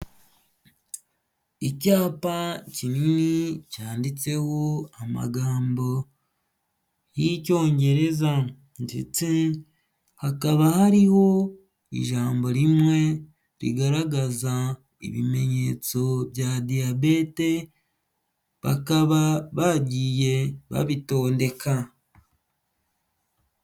Icyapa kinini cyanditseho amagambo y'Icyongereza ndetse hakaba hariho ijambo rimwe rigaragaza ibimenyetso bya Diyabete, bakaba bagiye babitondeka.